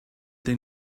they